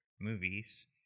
movies